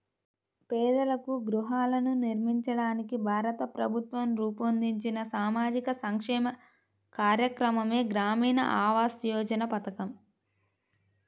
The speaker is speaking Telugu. పేదలకు గృహాలను నిర్మించడానికి భారత ప్రభుత్వం రూపొందించిన సామాజిక సంక్షేమ కార్యక్రమమే గ్రామీణ ఆవాస్ యోజన పథకం